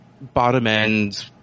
bottom-end